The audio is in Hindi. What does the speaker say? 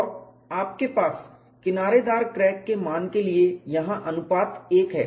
और आपके पास किनारेदार क्रैक के मान के लिए यहां अनुपात 1 है